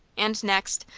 and next,